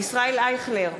ישראל אייכלר,